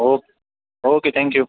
okay okay thank you